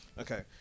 Okay